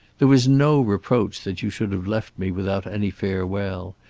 there was no reproach that you should have left me without any farewell,